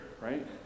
right